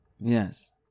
Yes